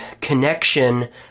connection